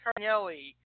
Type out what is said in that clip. Carnelli